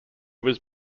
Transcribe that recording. was